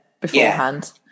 beforehand